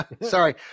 sorry